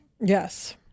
Yes